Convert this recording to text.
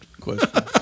question